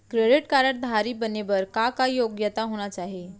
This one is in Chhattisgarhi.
क्रेडिट कारड धारी बने बर का का योग्यता होना चाही?